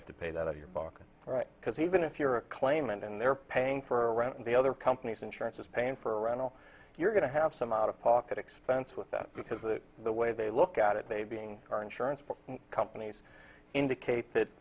have to pay that of your pocket because even if you're a claimant and they're paying for rent and the other companies insurance is paying for a rental you're going to have some out of pocket expense with that because the way they look at it they being car insurance companies indicate that